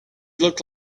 look